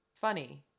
funny